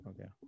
Okay